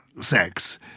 sex